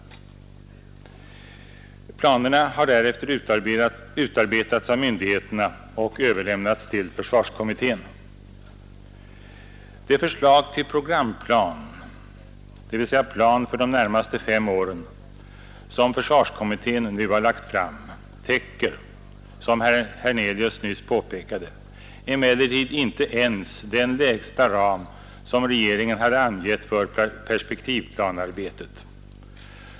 Planerna har därefter utarbetats av myndigheterna och överlämnats till försvarsutredningen. Det förslag till programplan, dvs. plan för de närmaste fem åren, som kommittén nu lagt fram täcker — som herr Hernelius nyss påpekade — emellertid inte ens den lägsta ram som regeringen hade angett för perspektivplanearbetet.